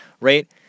right